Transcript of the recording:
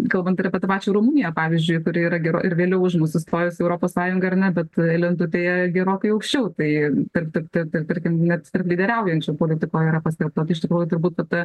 kalbant ir apie tą pačią rumuniją pavyzdžiui kuri yra ir vėliau už mus įstojus į europos sąjungą ar ne bet lentutėje gerokai aukščiau tai tarp tarp tarp tarp tarkim net tarp lyderiaujančių politikoj yra paskelbta iš tikrųjų tai būtų ta